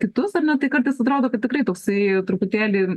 kitus ar ne tai kartais atrodo kad tikrai toksai truputėlį